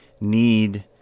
need